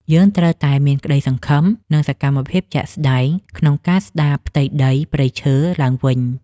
យើងត្រូវតែមានក្តីសង្ឃឹម និងសកម្មភាពជាក់ស្តែងក្នុងការស្តារផ្ទៃដីព្រៃឈើឡើងវិញ។